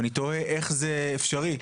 ואני תוהה איך זה אפשרי.